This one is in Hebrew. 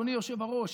אדוני היושב-ראש,